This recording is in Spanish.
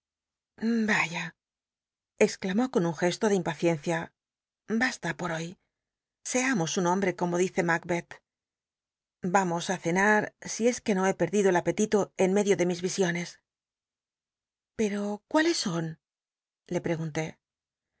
vaya exclamó con un gesto de impaciencia basta por hoy seamos un hombre como dicc macbclh vamos cenar si es que no he perdido el a etito en medio de mis visiones pcro cmilcs son le pregunté